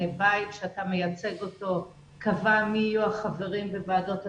הבית שאתה מייצג אותו קבע מי יהיו החברים בוועדות התקינה.